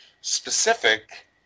specific